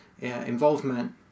involvement